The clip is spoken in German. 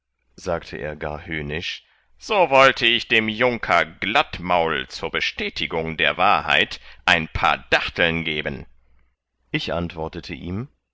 sagte er gar höhnisch so wollte ich dem junker glattmaul zu bestätigung der wahrheit ein paar dachteln geben ich antwortete ihm